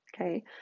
okay